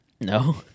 No